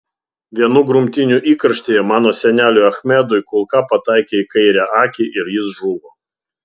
vienų grumtynių įkarštyje mano seneliui achmedui kulka pataikė į kairę akį ir jis žuvo